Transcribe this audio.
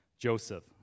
Joseph